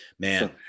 Man